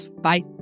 bye